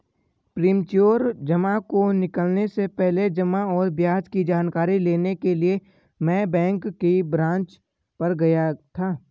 premature जमा को निकलने से पहले जमा और ब्याज की जानकारी लेने के लिए मैं बैंक की ब्रांच पर गया था